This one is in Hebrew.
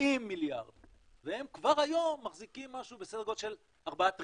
מיליארד והם כבר היום מחזיקים משהו בסדר גודל של ארבעה טריליון.